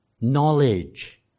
knowledge